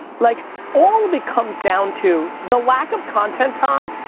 like all of it comes down to, the lack of content, tom,